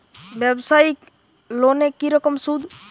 ব্যবসায়িক লোনে কি রকম সুদ?